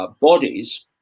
bodies